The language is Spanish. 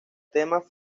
temas